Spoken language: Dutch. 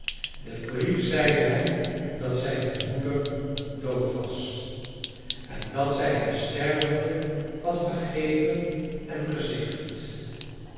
de brief zeide hem dat zijne moeder dood was en dat zij hem stervende had vergeven en gezegend